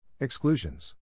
Exclusions